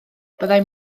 byddai